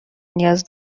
نیاز